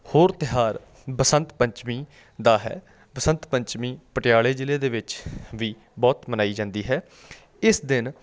ਹੋਰ ਤਿਉਹਾਰ ਬਸੰਤ ਪੰਚਮੀ ਦਾ ਹੈ ਬਸੰਤ ਪੰਚਮੀ ਪਟਿਆਲੇ ਜ਼ਿਲ੍ਹੇ ਦੇ ਵਿੱਚ ਵੀ ਬਹੁਤ ਮਨਾਈ ਜਾਂਦੀ ਹੈ ਇਸ ਦਿਨ